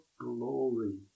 glory